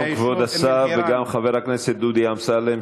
גם כבוד השר וגם חבר הכנסת דודי אמסלם,